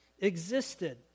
existed